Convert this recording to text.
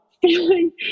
feeling